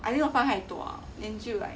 I think 放太多了 then 就 like